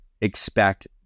expect